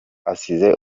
asize